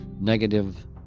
negative